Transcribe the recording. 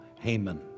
Haman